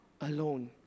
alone